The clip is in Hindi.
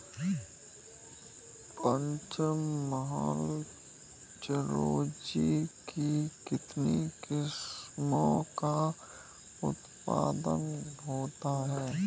पंचमहल चिरौंजी की कितनी किस्मों का उत्पादन होता है?